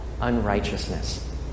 unrighteousness